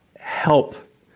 help